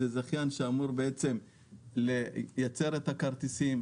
זה זכיין שאמור לייצר את הכרטיסים,